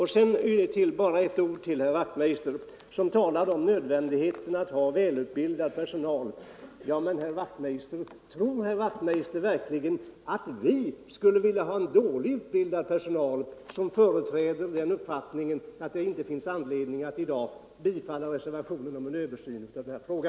Herr Wachtmeister talar om nödvändigheten av att ha välutbildad personal. Tror herr Wachtmeister verkligen att vi skulle vilja ha en dåligt utbildad personal, vi som företräder utskottet och har den uppfattningen att det inte finns anledning att i dag biträda reservationen om en översyn av den här frågan?